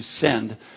send